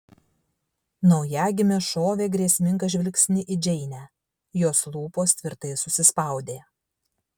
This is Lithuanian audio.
naujagimė šovė grėsmingą žvilgsnį į džeinę jos lūpos tvirtai susispaudė